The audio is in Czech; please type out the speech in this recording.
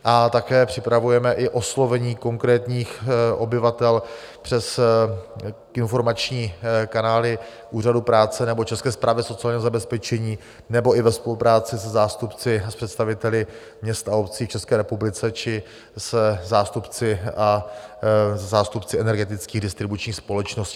A také připravujeme i oslovení konkrétních obyvatel přes informační kanály Úřadu práce nebo České správy sociálního zabezpečení nebo i ve spolupráci se zástupci, s představiteli měst a obcí České republiky či se zástupci energetických distribučních společností.